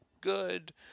good